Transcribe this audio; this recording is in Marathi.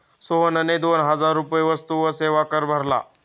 सोहनने दोन हजार रुपये वस्तू व सेवा कर भरला